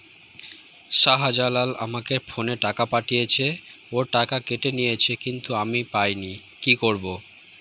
শাহ্জালাল আমাকে ফোনে টাকা পাঠিয়েছে, ওর টাকা কেটে নিয়েছে কিন্তু আমি পাইনি, কি করব?